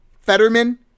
Fetterman